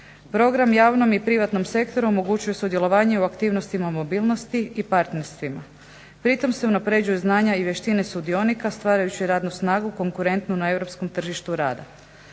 Program javnom i privatnom sektoru omogućuje sudjelovanje u aktivnostima mobilnosti i partnerstvima. Pri tome se unapređuju znanja i vještine sudionika stvarajući radnu snagu konkurentnu na europskom tržištu rada.